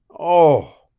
oh!